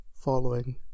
following